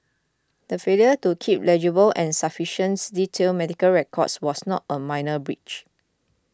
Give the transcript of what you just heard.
the failure to keep legible and sufficiency detailed medical records was not a minor breach